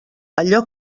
allò